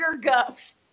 guff